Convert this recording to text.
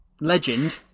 legend